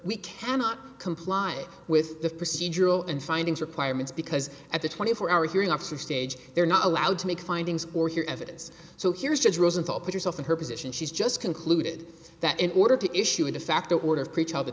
we cannot comply with the procedural and findings requirements because at the twenty four hour hearing officer stage they're not allowed to make findings or hear evidence so here's judge rosenthal put yourself in her position she's just concluded that in order to issue a de facto order of creech o